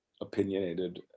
opinionated